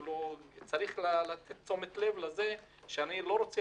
צריך להפנות תשומת לב לזה שאני לא רוצה